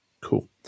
cool